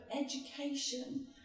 education